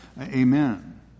Amen